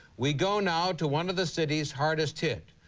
we go now to one of the cities hardest hit.